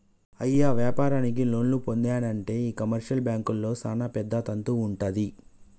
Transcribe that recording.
అయ్య వ్యాపారానికి లోన్లు పొందానంటే ఈ కమర్షియల్ బాంకుల్లో సానా పెద్ద తంతు వుంటది